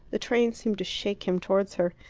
the train seemed to shake him towards her.